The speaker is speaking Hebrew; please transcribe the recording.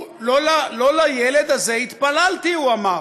לא לילד הזה התפללתי, הוא אמר.